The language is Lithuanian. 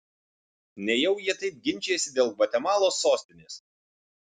nejau jie taip ginčijasi dėl gvatemalos sostinės